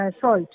salt